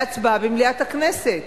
להצבעה במליאת הכנסת.